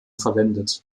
verwendet